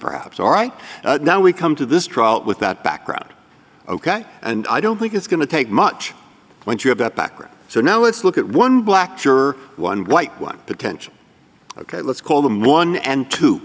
perhaps all right now we come to this trial with that background ok and i don't think it's going to take much when you have that background so now let's look at one black you're one white one potential ok let's call them one and two